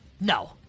no